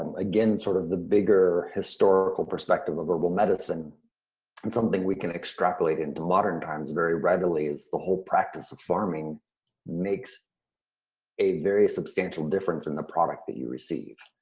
um again, sort of the bigger historical perspective of herbal medicine. that's and something we can extrapolate into modern times very readily, is the whole practice of farming makes a very substantial difference in the product that you receive.